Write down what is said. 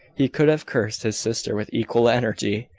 he could have cursed his sister with equal energy.